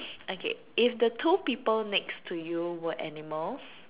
okay if the two people next to you were animals